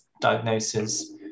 diagnosis